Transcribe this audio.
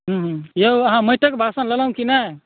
यौ अहाँ माटिके बासन लेलहुँ की नहि